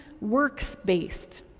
works-based